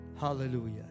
hallelujah